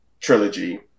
trilogy